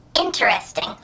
Interesting